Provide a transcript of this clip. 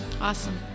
Awesome